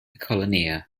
colonia